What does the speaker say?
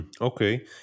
Okay